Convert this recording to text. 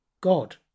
God